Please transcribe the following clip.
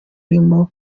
arimo